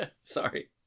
Sorry